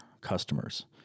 customers